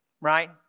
right